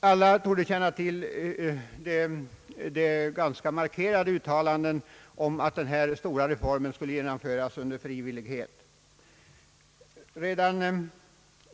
Alla torde känna till de ganska markerade uttalandena om att den här stora reformen skulle genomföras under frivillighet.